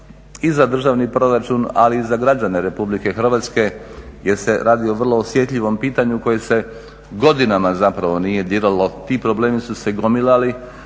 i za državni proračun, ali i za građane Republike Hrvatske jer se radi o vrlo osjetljivom pitanju koje se godinama zapravo nije diralo. Ti problemi su se gomilali